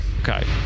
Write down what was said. okay